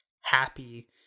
happy